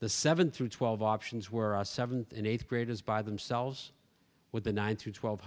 the seven through twelve options were seventh and eighth graders by themselves with a nine to twelve